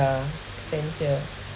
yeah same here